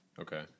Okay